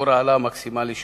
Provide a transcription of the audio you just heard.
ושיעור ההעלאה המקסימלי שיאושר.